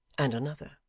and another.